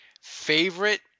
Favorite